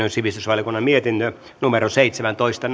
ja sivistysvaliokunnan mietinnön seitsemäntoista